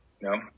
No